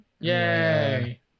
yay